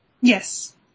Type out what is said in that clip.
Yes